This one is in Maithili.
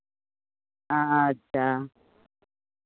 अच्छा